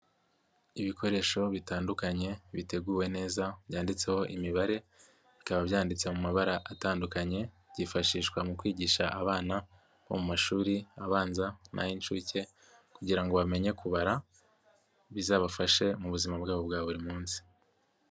Ibikoresho bitandukanye biteguwe neza byanditseho imibare, bikaba byanditse mu mabara atandukanye, byifashishwa mu kwigisha abana bo mu mashuri abanza nay'inshuke kugira ngo bamenye kubara bizabafashe mu buzima bwabo bwa buri munsi.